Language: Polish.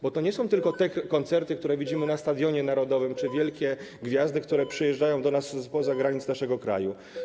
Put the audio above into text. Bo to nie są tylko te koncerty, które widzimy na Stadionie Narodowym, czy wielkie gwiazdy, które przyjeżdżają do nas spoza granic naszego kraju.